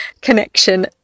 connection